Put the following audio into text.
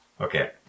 Okay